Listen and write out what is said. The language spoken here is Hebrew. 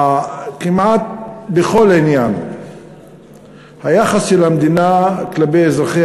כמעט בכל עניין היחס של המדינה כלפי אזרחיה